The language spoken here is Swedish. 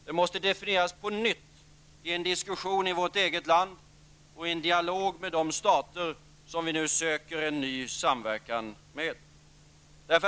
Den måste definieras på nytt i en diskussion i vårt eget land och i en dialog med de stater vi nu söker en ny samverkan med.